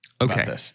Okay